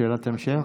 שאלת המשך?